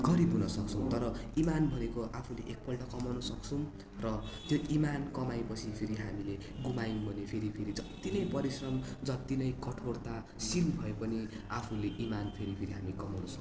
गरिब हुन सक्छौँ तर इमान भनेको आफूले एकपल्ट कमाउन सक्छौँ र त्यो इमान कमाएपछि फेरि हामीले गुमायौँ भने फेरि फेरि जत्ति नै परिश्रम जति नै कठोरता सिल भए पनि आफूले इमान फेरि फेरि हामी कमाउन सक्दैनौँ